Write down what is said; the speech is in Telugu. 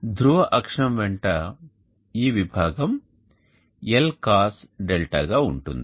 ధ్రువ అక్షం వెంట ఈ విభాగం L cosδ గా ఉంటుంది